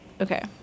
Okay